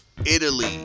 Italy